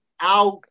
out